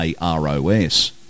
AROS